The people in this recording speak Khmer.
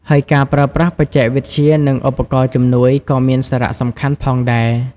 ហើយការប្រើប្រាស់បច្ចេកវិទ្យា និងឧបករណ៍ជំនួយ ក៏មានសារៈសំខាន់ផងដែរ។